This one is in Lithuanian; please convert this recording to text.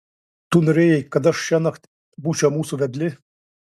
tu norėjai kad aš šiąnakt būčiau mūsų vedlė